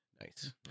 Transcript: Nice